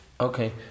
Okay